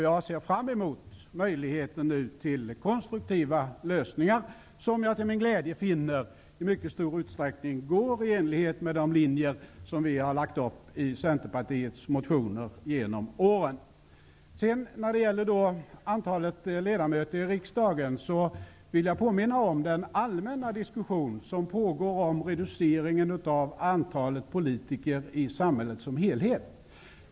Jag ser fram emot möjligheten till konstruktiva lösingar som jag till min glädje finner i mycket stor utsträckning är i enlighet med de linjer som vi har lagt upp i Centerpartiets motioner genom åren. När det gäller antalet ledamöter i riksdagen vill jag påminna om den allmänna diskussion som pågår om reduceringen av antalet politiker i samhället som helhet.